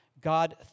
God